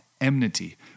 enmity